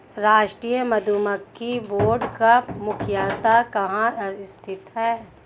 राष्ट्रीय मधुमक्खी बोर्ड का मुख्यालय कहाँ स्थित है?